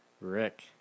Rick